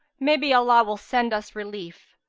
may be allah will send us relief.